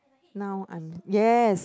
now I'm yes